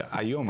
היום,